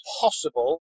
possible